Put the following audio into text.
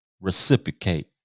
reciprocate